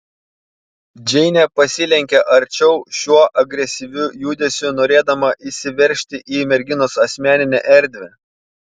džeinė pasilenkė arčiau šiuo agresyviu judesiu norėdama įsiveržti į merginos asmeninę erdvę